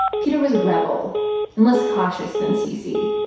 peter was a rebel and less cautious than cc.